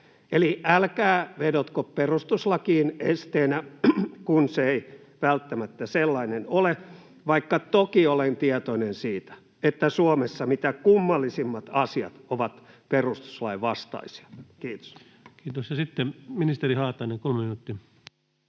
Eli älkää vedotko perustuslakiin esteenä, kun se ei välttämättä sellainen ole, vaikka toki olen tietoinen siitä, että Suomessa mitä kummallisimmat asiat ovat perustuslain vastaisia. — Kiitos. [Speech 173] Speaker: Ensimmäinen